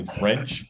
french